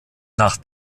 nach